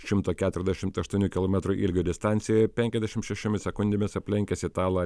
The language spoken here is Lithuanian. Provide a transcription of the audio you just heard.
šimto keturiasdešimt aštuonių kilometrų ilgio distancijoje penkiasdešimt šešiomis sekundėmis aplenkęs italą